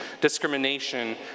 discrimination